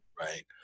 Right